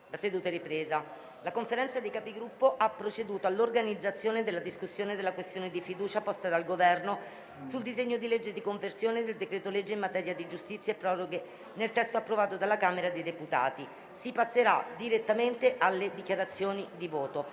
una nuova finestra"). La Conferenza dei Capigruppo ha proceduto all'organizzazione dei lavori sulla questione di fiducia posta dal Governo sul disegno di legge di conversione del decreto-legge in materia di giustizia e proroghe, nel testo approvato dalla Camera dei deputati. Si passerà direttamente alle dichiarazioni di voto;